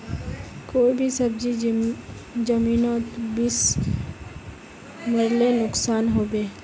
कोई भी सब्जी जमिनोत बीस मरले नुकसान होबे?